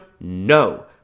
No